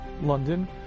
London